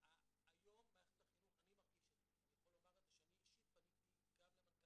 אני מרגיש ואני אישית פניתי גם למנכ"ל